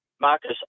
Marcus